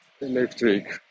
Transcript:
electric